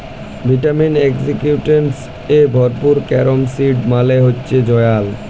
vitamin, antioxidants এ ভরপুর carom seed মালে হচ্যে জয়াল